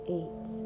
eight